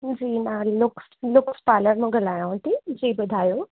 जी मां Looks Looks parlour मां ॻाल्हायांव थी जी ॿुधायो